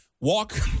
Walk